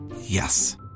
Yes